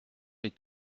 est